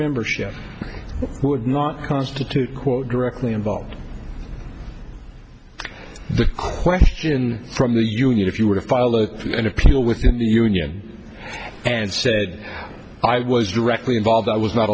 membership would not constitute quote directly involved the question from the union if you were to follow an appeal within the union and said i was directly involved i was not